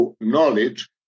knowledge